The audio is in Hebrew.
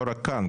לא רק כאן,